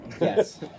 Yes